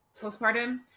postpartum